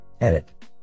Edit